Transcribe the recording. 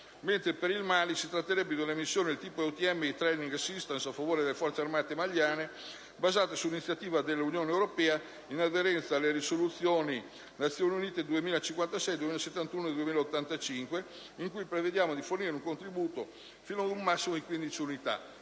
unità. Per il Mali, invece, si tratterebbe di una missione del tipo EUTM di *training assistance* a favore delle Forze armate maliane, basata su iniziativa dell'Unione europea in aderenza alle risoluzioni delle Nazioni Unite 2056, 2071 e 2085, per le quali pensiamo di fornire un contributo al massimo di 15 unità.